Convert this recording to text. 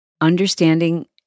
understanding